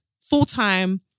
full-time